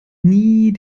nie